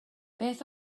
beth